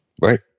Right